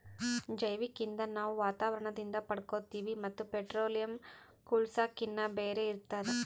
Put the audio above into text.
ಜೈವಿಕ್ ಇಂಧನ್ ನಾವ್ ವಾತಾವರಣದಿಂದ್ ಪಡ್ಕೋತೀವಿ ಮತ್ತ್ ಪೆಟ್ರೋಲಿಯಂ, ಕೂಳ್ಸಾಕಿನ್ನಾ ಬ್ಯಾರೆ ಇರ್ತದ